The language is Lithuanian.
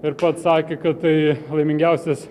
ir pats sakė kad tai laimingiausias